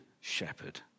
shepherd